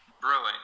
Brewing